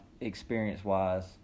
experience-wise